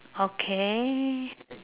okay